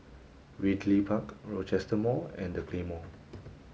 Ridley Park Rochester Mall and The Claymore